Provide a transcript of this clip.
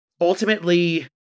ultimately